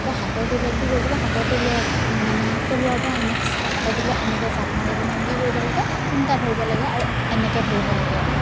আকৌ হাতৰ তলোৱাত কি কৰিব লাগে হাতৰ তলোৱাৰ মানে তলোৱাৰপৰা নেক্স হাতৰ তলোৱাত এনেকৈ জাঁপ মাৰি পনে আমি কি কৰিব লাগে তিনিটা ধৰিব লাগে আৰু এনেকৈ ধৰিব লাগে আৰু